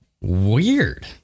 weird